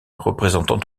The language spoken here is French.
représentant